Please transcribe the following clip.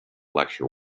lecture